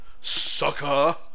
sucker